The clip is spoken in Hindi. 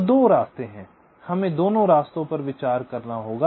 तो 2 रास्ते हैं हमें दोनों रास्तों पर विचार करना होगा